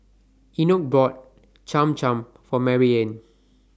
Enoch bought Cham Cham For Maryanne